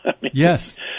yes